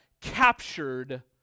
captured